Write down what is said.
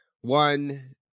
one